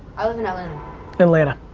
i live you know in atlanta.